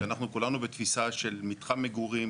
כי אנחנו כולנו בתפיסה של מתחם מגורים,